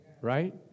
right